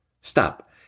stop